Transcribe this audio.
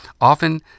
often